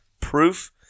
proof